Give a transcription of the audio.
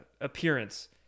appearance